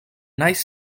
nice